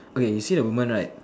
okay you see the woman right